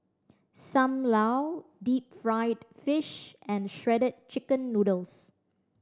Sam Lau deep fried fish and Shredded Chicken Noodles